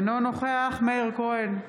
אינו נוכח מאיר כהן,